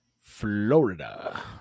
Florida